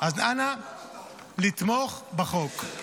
אז אנא לתמוך בחוק.